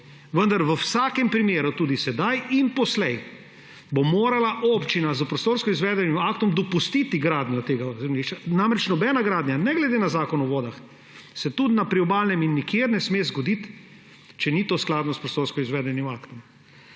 vendar v vsakem primeru – tudi sedaj in poslej bo morala občina s prostorsko-izvedbenim aktom dopustiti gradnjo na tem tega zemljišču. Namreč, nobena gradnja ne glede na Zakon o vodah se tudi na priobalnem pasu in nikjer ne sme zgoditi, če ni to skladno s prostorsko-izvedbenim aktom.